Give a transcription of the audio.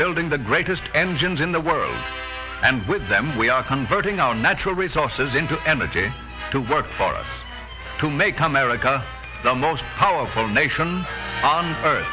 building the greatest engines in the world and with them we are converting our natural resources into energy to work for us to make america the most powerful nation on